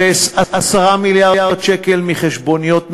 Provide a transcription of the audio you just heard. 10 מיליארד שקל מחשבוניות מזויפות,